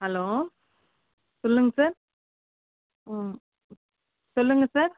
hello சொல்லுங்கள் sir ம் சொல்லுங்கள் சார்